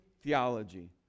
theology